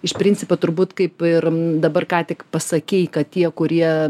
iš principo turbūt kaip ir dabar ką tik pasakei kad tie kurie